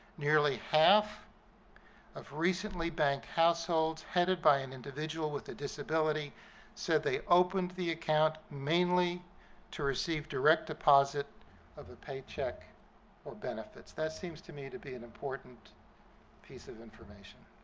nearly half of recently-banked households headed by an individual with a disability said they opened the account mainly to receive direct deposit of a paycheck or benefits. that seems to me to be an important piece of information.